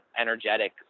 energetic